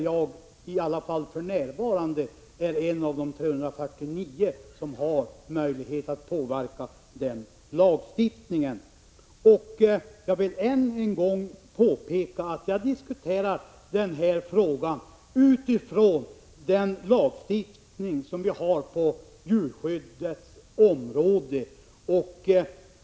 Jag är åtminstone för närvarande en av de 349 som har möjlighet att påverka den lagstiftningen. Jag vill än en gång påpeka att jag diskuterar den här frågan utifrån den lagstiftning vi har på djurskyddets område.